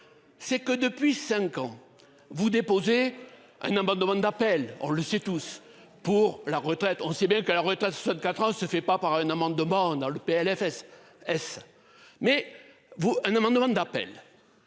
C'est que depuis 5 ans, vous. Un amendement d'appel, on le sait tous pour la retraite. On sait bien que la retraite 4 ans se fait pas par un amendement dans le PLFSS S mais vous un amendement d'appel.